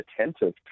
attentive